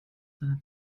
seiner